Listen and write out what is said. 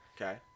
Okay